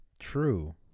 True